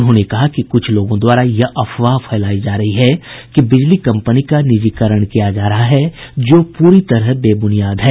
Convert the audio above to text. उन्होंने कहा कि कुछ लोगों द्वारा यह अफवाह फैलाई जा रही है कि बिजली कम्पनी का निजीकरण किया जा रहा है जो पूरी तरह बेबुनियाद है